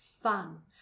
fun